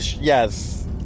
yes